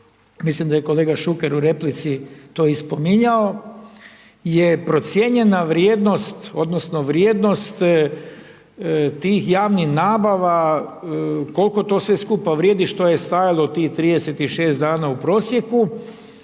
mislim da je kolega Šuker u replici to i spominjao je procijenjena vrijednost odnosno vrijednost tih javnih nabava, koliko to sve skupa vrijedi što je stajalo tih 36 dana u prosjeku,